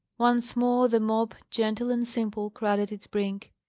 once more the mob, gentle and simple, crowded its brink.